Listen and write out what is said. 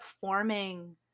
forming